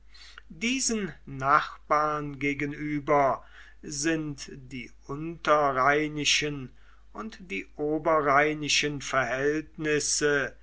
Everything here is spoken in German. diesen nachbarn gegenüber sind die unterrheinischen und die oberrheinischen verhältnisse